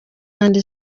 and